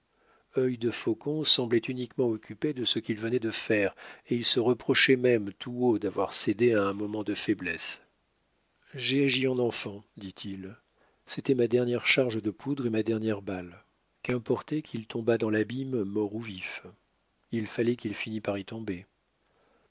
y succéda œil de faucon semblait uniquement occupé de ce qu'il venait de faire et il se reprochait même tout haut d'avoir cédé à un moment de faiblesse j'ai agi en enfant dit-il c'était ma dernière charge de poudre et ma dernière balle qu'importait qu'il tombât dans l'abîme mort ou vif il fallait qu'il finît par y tomber